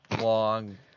long